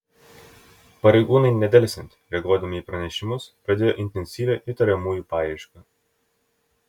pareigūnai nedelsiant reaguodami į pranešimus pradėjo intensyvią įtariamųjų paiešką